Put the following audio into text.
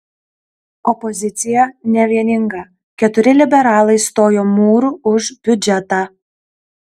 opozicija nevieninga keturi liberalai stojo mūru už biudžetą